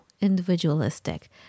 individualistic